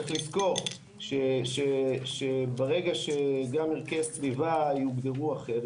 צריך לזכור שברגע שגם ערכי הסביבה יוגדרו אחרת,